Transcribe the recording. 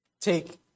Take